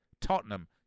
Tottenham